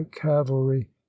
cavalry